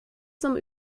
zum